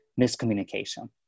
miscommunication